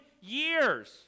years